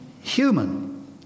human